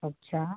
अच्छा